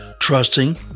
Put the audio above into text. trusting